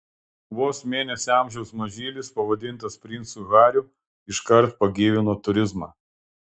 vos mėnesio amžiaus mažylis pavadintas princu hariu iškart pagyvino turizmą